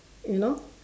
you know